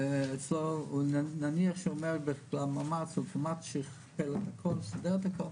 ואצלו נניח שהוא אומר שכפל את הכל וסידר את הכל,